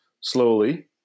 slowly